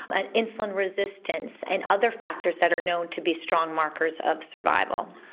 but insulin resistance and other factors that are known to be strong markers of survival.